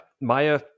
Maya